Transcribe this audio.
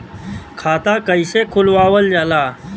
खाता कइसे खुलावल जाला?